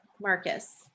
Marcus